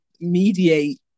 mediate